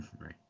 Right